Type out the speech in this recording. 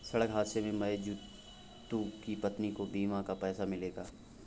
सड़क हादसे में मरे जितू की पत्नी को बीमा का पैसा मिलेगा